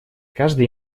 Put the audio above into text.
каждый